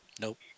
Nope